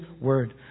word